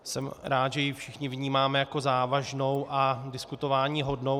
Jsem rád, že ji všichni vnímáme jako závažnou a diskutováníhodnou.